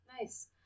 Nice